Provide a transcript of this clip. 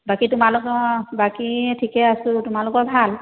বাকী তোমালোকৰ বাকী ঠিকে আছোঁ তোমালোকৰ ভাল